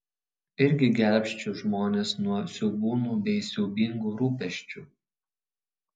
irgi gelbsčiu žmones nuo siaubūnų bei siaubingų rūpesčių